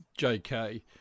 JK